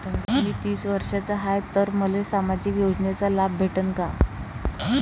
मी तीस वर्षाचा हाय तर मले सामाजिक योजनेचा लाभ भेटन का?